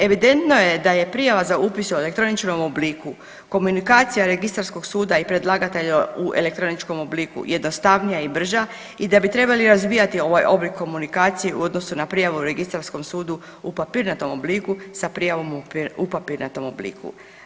Evidentno je da je prijava za upis u elektroničkom obliku, komunikacija Registarskog suda i predlagatelja u elektroničkom obliku jednostavnija i brža i da bi trebali razvijati ovaj oblik komunikacije u odnosu na prijavu Registarskom sudu u papirnatom obliku sa prijavom u papirnatom obliku.